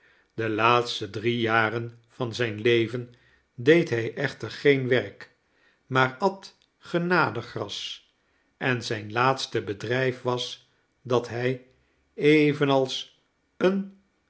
de laatste drie jaren van zijn leven deed hij echter geen werk maar at genadegras en zijn laatste bedrijf was dat hij evenals een